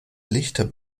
lichter